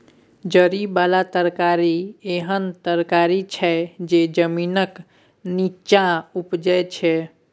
जरि बला तरकारी एहन तरकारी छै जे जमीनक नींच्चाँ उपजै छै